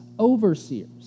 Overseers